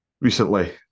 recently